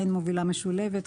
מובילה משולבת.